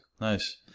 nice